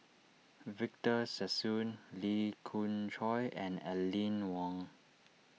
Victor Sassoon Lee Khoon Choy and Aline Wong